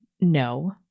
No